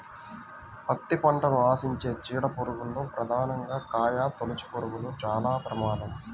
పత్తి పంటను ఆశించే చీడ పురుగుల్లో ప్రధానంగా కాయతొలుచుపురుగులు చాలా ప్రమాదం